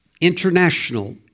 international